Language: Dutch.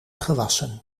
gewassen